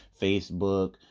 Facebook